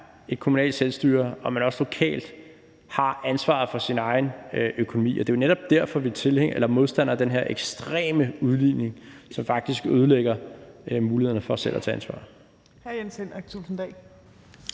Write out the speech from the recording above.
et kommunalt selvstyre, og at man også lokalt har ansvaret for sin egen økonomi. Det er jo netop derfor, vi er modstandere af den her ekstreme udligning, som faktisk ødelægger mulighederne for selv at tage ansvar.